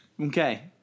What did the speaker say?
Okay